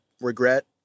regret